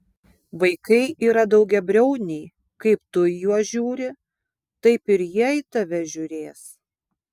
vaikai yra daugiabriauniai kaip tu į juos žiūri taip ir jie į tave žiūrės